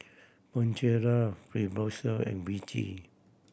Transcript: Bonjela Fibrosol and Vichy